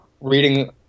reading